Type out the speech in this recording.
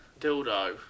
dildo